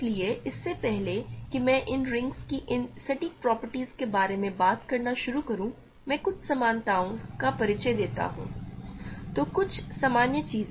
इसलिए इससे पहले कि मैं इन रिंग्स की इन सटीक प्रॉपर्टीज के बारे में बात करना शुरू करूं मैं कुछ सामान्यताओं का परिचय देता हूं तो कुछ सामान्य चीजें